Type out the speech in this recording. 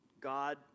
God